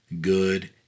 good